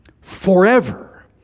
forever